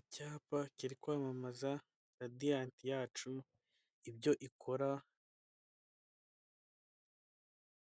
Icyapa kiri kwamamaza radiyanti yacu ibyo ikora,